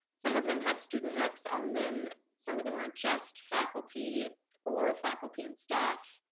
some of them have student reps on them. some of them are just faculty or faculty and staff.